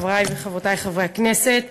חברותי וחברי חברי הכנסת,